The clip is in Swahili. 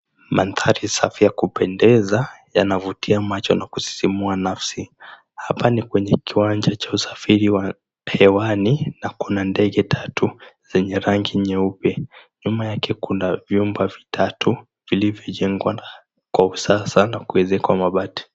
Mandhari safi ya kupendeza yanavutia macho na kusisimua nafsi hapa ni kwenye kiwanja cha usafiri wa hewani na kuna ndege tatu zenye rangi nyeupe nyuma yake, kuna vyumba vitatu vilivyojengwa kwa usasa na kuezekwa mabati.